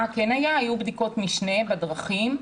היו בדיקות משנה בדרכים.